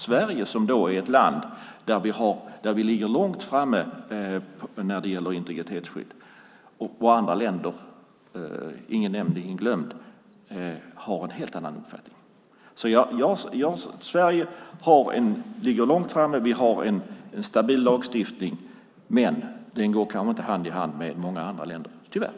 Sverige är ett land som ligger långt framme när det gäller integritetsskydd, men något annat land - ingen nämnd, ingen glömd - kanske har en helt annan uppfattning. Men Sverige ligger långt framme, vi har en stabil lagstiftning, men den går kanske inte hand i hand med många andra länders, tyvärr.